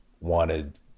wanted